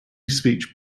speech